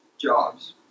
jobs